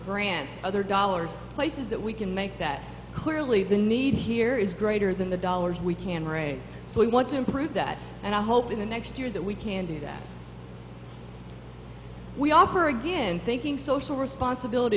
grants other dollars places that we can make that clearly the need here is greater than the dollars we can raise so we want to improve that and i hope in the next year that we can do that we offer again thinking social responsibility